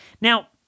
Now